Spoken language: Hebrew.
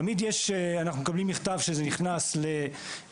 תמיד אנחנו מקבלים מכתב שזה נכנס לסדר